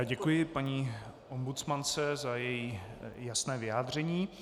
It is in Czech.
Děkuji paní ombudsmance za její jasné vyjádření.